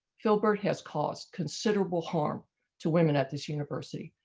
filbert has caused considerable harm to women at this university.